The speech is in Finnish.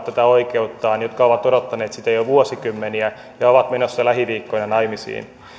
tätä oikeuttaan jotka ovat odottaneet sitä jo vuosikymmeniä ja ovat menossa lähiviikkoina naimisiin